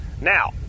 Now